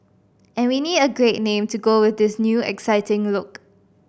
and we need a great name to go with this new exciting look